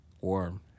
warm